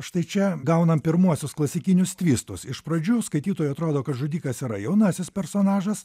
štai čia gaunam pirmuosius klasikinius tvistus iš pradžių skaitytojui atrodo kad žudikas yra jaunasis personažas